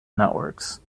networks